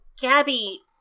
Gabby